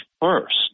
first